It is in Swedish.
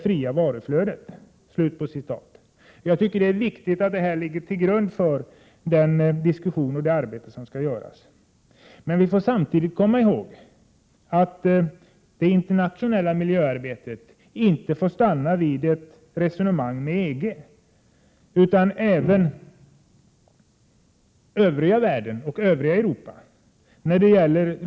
Som svar på detta säger jordbruksutskottet i sitt yttrande: ”Utskottet utgår också från att en harmonisering på detta område inte får utgöra hinder mot en fortsatt hög ambitionsnivå i vårt eget miljövårdsarbete.” Jag tycker det är viktigt att detta ligger till grund för diskussionen och det arbete som skall utföras. Men vi får samtidigt komma ihåg att det internationella miljöarbetet inte får stanna vid ett resonemang med EG, utan det måste ske en diskussion även med övriga Europa och övriga världen.